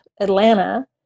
Atlanta